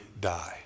die